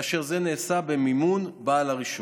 כאשר זה נעשה במימון בעל הרישום,